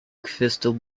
crystal